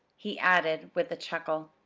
he added with a chuckle.